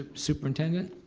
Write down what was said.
ah superintendent?